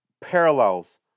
Parallels